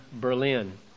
Berlin